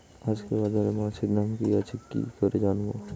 আজকে বাজারে মাছের দাম কি আছে কি করে জানবো?